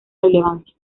relevancia